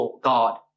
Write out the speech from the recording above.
God